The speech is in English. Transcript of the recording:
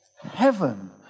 heaven